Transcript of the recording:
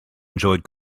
enjoyed